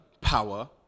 power